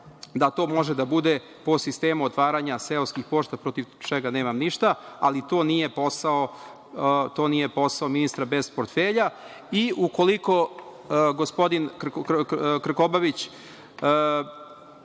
da to može da bude po sistemu otvaranja seoskih pošta, protiv čega nemam ništa, ali to nije posao ministra bez portfelja. Ukoliko gospodin Krkobabić